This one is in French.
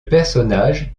personnage